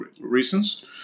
reasons